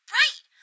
right